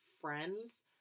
friends